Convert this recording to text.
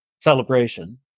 celebration